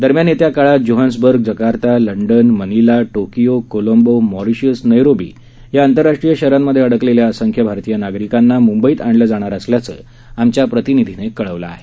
दरम्यान येत्या काळात Johannesburg Jakarta London Manila Tokyo Colombo Mauritius Nairobi या आंतरराष्ट्रीय शहरांमधे अडकलेल्या असंख्य भारतीय नागरिकांना मुंबईत आणलं जाणार असल्याचं आमच्या प्रतिनिधीने कळवलं आहे